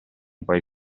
puoi